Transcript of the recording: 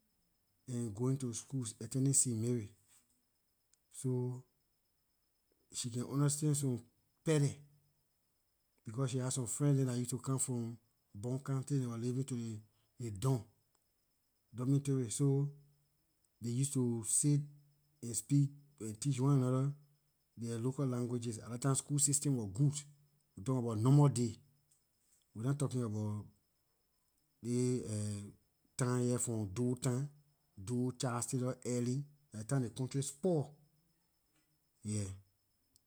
And going to school attending st. Mary so she can understand some kpelle becor she had some friends dem dah used to come from bong county they wor living to ley dorm dormitory so ley used to sit and speak and teach one another their local languages at dah time school system wor good we talking abor normal day we nah talking about ley time here from doe time, doe charles taylor ellen dah ley time ley country spoil, yeah